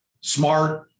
smart